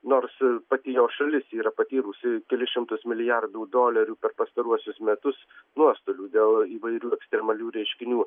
nors pati jo šalis yra patyrusi kelis šimtus milijardų dolerių per pastaruosius metus nuostolių dėl įvairių ekstremalių reiškinių